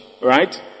right